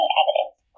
evidence